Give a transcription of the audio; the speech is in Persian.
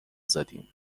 زدیم